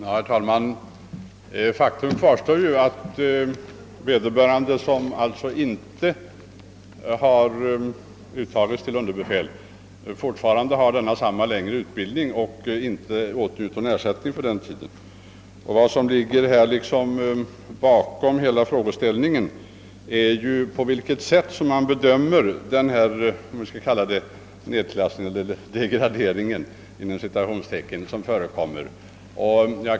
Herr talman! Faktum kvarstår ändå att de värnpliktiga som inte uttagits till underbefäl fortfarande har den längre utbildningstiden och inte åtnjuter någon ersättning för den. Vad som ligger bakom hela denna frågeställning är på vilket sätt man bedömer den påtalade nedklassning eller »degradering» som förekommer.